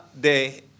de